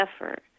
effort